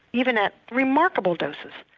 even at remarkable doses.